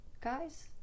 Guys